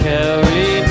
Carry